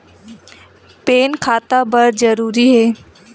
Pan खाता बर जरूरी हे?